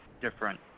different